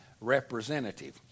representative